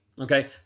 Okay